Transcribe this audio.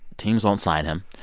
teams won't sign him.